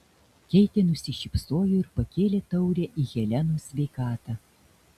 keitė nusišypsojo ir pakėlė taurę į helenos sveikatą